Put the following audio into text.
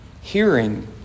Hearing